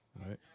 Right